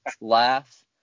laugh